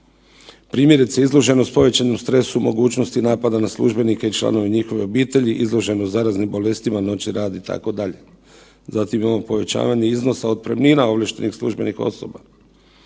Primjerice izloženost povećanom stresu mogućnosti napada na službenike i članove njihove obitelji, izloženost zaraznim bolestima, noćni rad itd. Zatim imamo povećavanje iznosa otpremnina ovlaštenih službenih osoba.